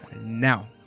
now